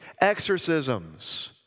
exorcisms